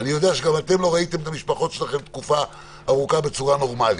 אני יודע שגם אתם לא ראיתם את המשפחות שלכם תקופה ארוכה בצורה נורמלית.